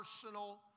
personal